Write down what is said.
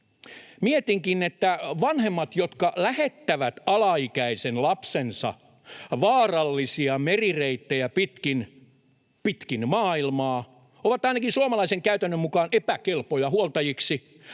Mietinkin, että vanhemmat, jotka lähettävät alaikäisen lapsensa vaarallisia merireittejä pitkin, pitkin maailmaa, ovat ainakin suomalaisen käytännön mukaan epäkelpoja huoltajiksi.